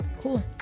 cool